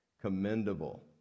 commendable